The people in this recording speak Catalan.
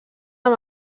amb